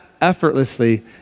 effortlessly